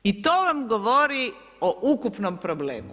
I to vam govori o ukupnom problemu.